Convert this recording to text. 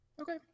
Okay